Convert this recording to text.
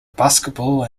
basketball